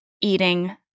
eating